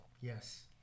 Yes